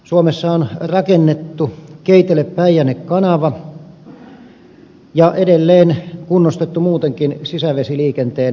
suomessa on rakennettu keitelepäijänne kanava ja edelleen kunnostettu muutenkin sisävesiliikenteen verkostoa